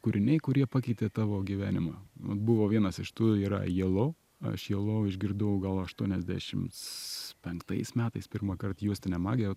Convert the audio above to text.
kūriniai kurie pakeitė tavo gyvenimą nu buvo vienas iš tų yra jelau aš jelau išgirdau gal aštuoniasdešims penktais metais pirmąkart juostinę magę